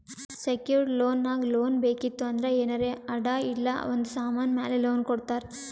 secured loan ನಾಗ್ loan ಬೇಕಿತ್ತು ಅಂದ್ರ ಏನಾರೇ ಅಡಾ ಇಲ್ಲ ಒಂದ್ ಸಮಾನ್ ಮ್ಯಾಲ ಲೋನ್ ಕೊಡ್ತಾರ್